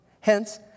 Hence